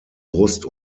brust